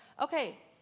okay